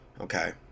Okay